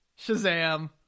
Shazam